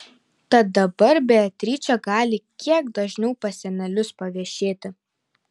tad dabar beatričė gali kiek dažniau pas senelius paviešėti